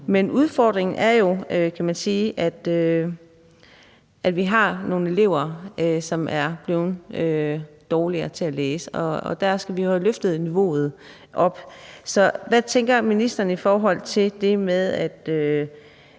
Men udfordringen er jo, kan man sige, at vi har nogle elever, som er blevet dårligere til at læse, og der skal vi have løftet niveauet. Så hvad tænker ministeren i forhold til det med